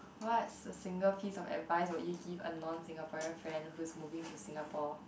what's the single key and advice would you give a non Singaporean friend who's moving to Singapore